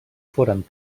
foren